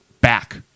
back